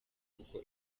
uko